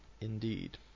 indeed